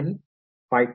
विद्यार्थी ø2 five to